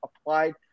applied